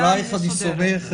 עליך אני סומך.